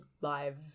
live